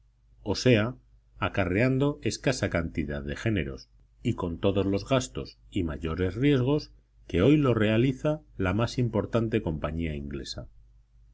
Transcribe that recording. o sea acarreando escasa cantidad de géneros y con todos los gastos y mayores riesgos que hoy lo realiza la más importante compañía inglesa